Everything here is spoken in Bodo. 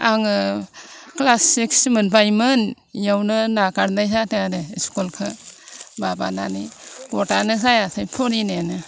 आङो क्लास सिक्स मोनबाय मोन बेयावनो नागारनाय जादों आरो स्कुलखो माबानानै गदआनो जायासै फरायनायानो